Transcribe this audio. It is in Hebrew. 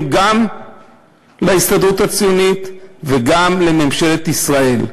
גם להסתדרות הציונית וגם לממשלת ישראל.